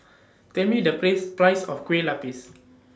Tell Me The Press Price of Kue Lupis